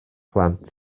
plant